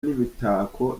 n’imitako